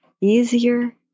easier